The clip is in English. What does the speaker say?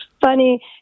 funny